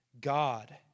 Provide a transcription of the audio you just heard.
God